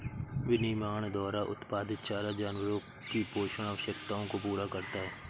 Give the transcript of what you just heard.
विनिर्माण द्वारा उत्पादित चारा जानवरों की पोषण आवश्यकताओं को पूरा करता है